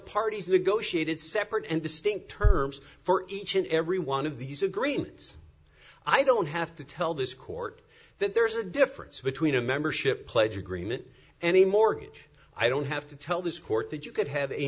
parties negotiated separate and distinct terms for each and every one of these agreements i don't have to tell this court that there's a difference between a membership pledge agreement and a mortgage i don't have to tell this court that you could have a